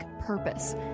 purpose